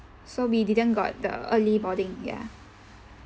so we didn't got the early boarding ya